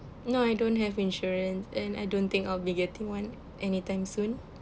no I don't have insurance and I don't think I'll be getting one anytime soon